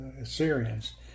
Assyrians